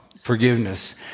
forgiveness